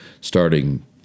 starting